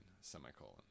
semicolon